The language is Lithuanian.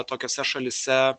tokiose šalyse